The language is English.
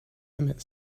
emmett